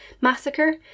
massacre